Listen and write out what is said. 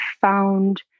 found